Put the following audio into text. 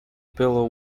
pillow